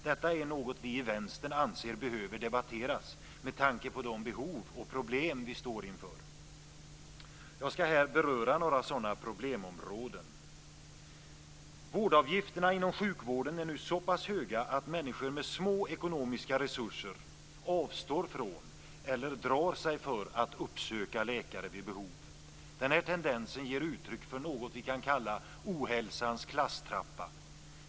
Detta är något vi i Vänstern anser behöver debatteras, med tanke på de behov och problem vi står inför. Jag skall här beröra några sådana problemområden. Vårdavgifterna inom sjukvården är nu så pass höga att människor med små ekonomiska resurser avstår från eller drar sig för att uppsöka läkare vid behov. Denna tendens ger uttryck för något vi kan kalla för ohälsans klasstrappa.